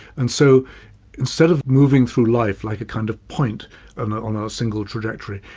and so instead of moving through life like a kind of point and on ah a single trajectory,